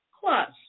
Plus